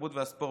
התרבות והספורט,